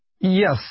yes